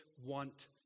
want